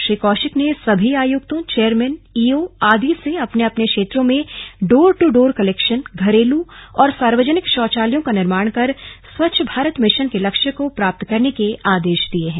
श्री कौशिक ने सभी आयुक्तों चेयरमैन ईओ आदि से अपने अपने क्षेत्रों में डोर ट् डोर कलेक्शन घरेलू और सार्वजनिक शौचालयों का निर्माण कर स्वच्छ भारत मिशन के लक्ष्य को प्राप्त करने के आदेश दिये हैं